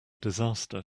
disaster